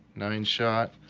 nine shot,